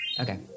Okay